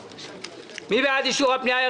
מי בעד אישור הפנייה,